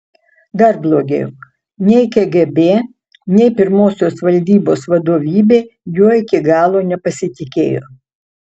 dar blogiau nei kgb nei pirmosios valdybos vadovybė juo iki galo nepasitikėjo